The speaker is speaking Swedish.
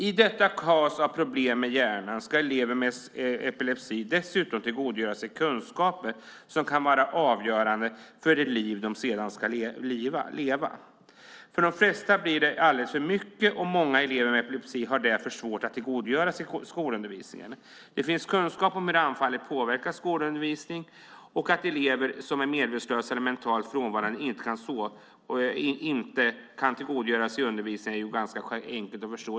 I detta kaos av problem med hjärnan ska elever med epilepsi dessutom tillgodogöra sig kunskaper som kan vara avgörande för det liv de sedan ska leva. För de flesta blir det alldeles för mycket. Många elever med epilepsi har därför svårt att tillgodogöra sig skolundervisningen. Det finns kunskaper om hur anfallen påverkar skolundervisningen, och att elever som är medvetslösa eller mentalt frånvarande inte kan tillgodogöra sig undervisningen är ganska enkelt att förstå.